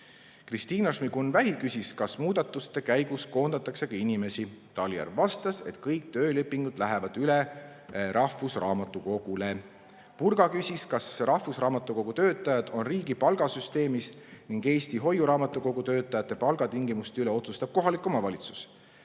Kristina Šmigun-Vähi küsis, kas muudatuste käigus inimesi ka koondatakse. Talihärm vastas, et kõik töölepingud lähevad üle rahvusraamatukogule. Purga küsis, kas rahvusraamatukogu töötajad on riigi palgasüsteemis ning Eesti Hoiuraamatukogu töötajate palgatingimuste üle otsustab kohalik omavalitsus.